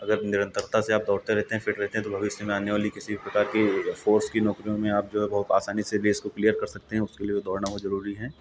अगर निरंतरता से आप दौड़ते रहते हैं फिट रहते हैं तो भविष्य में आने वाली किसी भी प्रकार की फोर्स की नौकरियों में आप जो है बहुत आसानी से भी इसको क्लियर कर सकते हैं उसके लिए दौड़ना बहुत ज़रूरी है